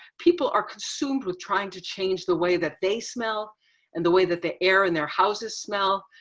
people are consumed with trying to change the way that they smell and the way that the air in their houses smell.